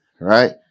Right